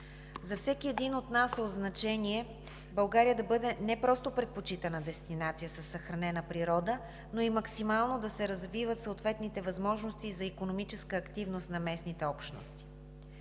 За всеки един от нас е от значение България да бъде не просто предпочитана дестинация със съхранена природа, но и максимално да се развиват съответните възможности за икономическа активност на местните общности.